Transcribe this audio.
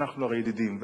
אנחנו הרי ידידים,